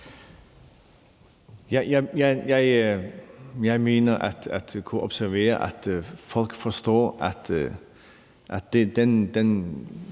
observere, at folk forstår, at den